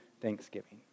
thanksgiving